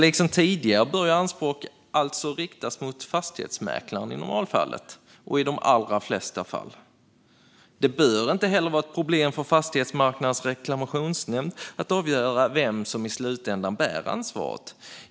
Liksom tidigare bör anspråk alltså riktas mot fastighetsmäklaren i normalfallet och i de allra flesta fall. Det bör inte heller vara ett problem för Fastighetsmarknadens reklamationsnämnd att avgöra vem som i slutändan bär ansvaret.